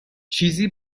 چیزی